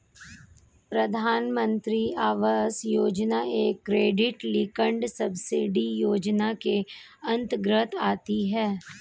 प्रधानमंत्री आवास योजना एक क्रेडिट लिंक्ड सब्सिडी योजना के अंतर्गत आती है